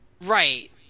Right